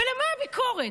ולמה הביקורת?